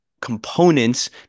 components